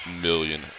million